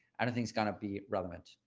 i don't think it's gonna be relevant.